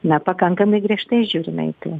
na pakankamai griežtai žiūrime į tai